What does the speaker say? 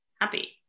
happy